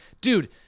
dude